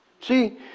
See